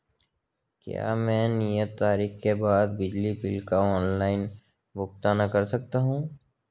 क्या मैं नियत तारीख के बाद बिजली बिल का ऑनलाइन भुगतान कर सकता हूं?